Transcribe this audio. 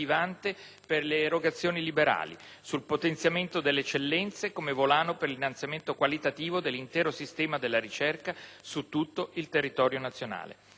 Grazie